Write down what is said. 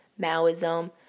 Maoism